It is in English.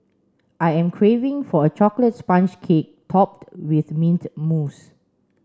I am craving for a chocolate sponge cake topped with mint mousse